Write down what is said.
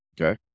Okay